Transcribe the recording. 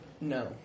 No